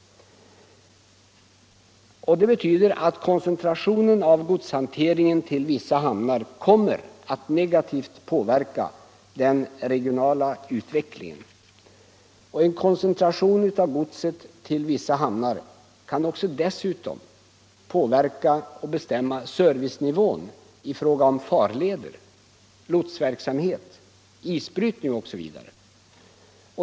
Koncentrationen av godshanteringen till vissa hamnar kommer att negativt påverka den regionala utvecklingen. En koncentration av godset till vissa hamnar kan dessutom påverka och bestämma servicenivån i fråga om farleder, lotsverksamhet, isbrytning, osv.